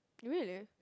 really